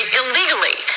illegally